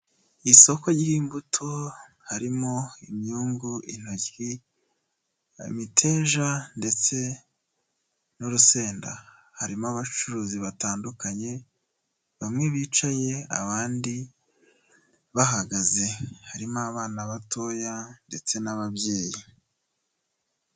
Isoko ry'imbuto harimo imyungu, intoki, amiteja ndetse n'urusenda, harimo abacuruzi batandukanye bamwe bicaye abandi bahagaze, harimo abana batoya ndetse n'ababyeyi.